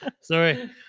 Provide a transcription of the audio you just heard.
Sorry